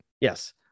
Yes